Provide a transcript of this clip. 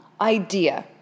idea